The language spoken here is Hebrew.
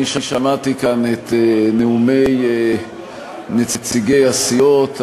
אני שמעתי כאן את נאומי נציגי הסיעות,